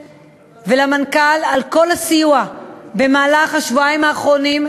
ולמנכ"ל על כל הסיוע במהלך השבועיים האחרונים,